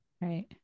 Right